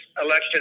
election